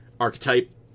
archetype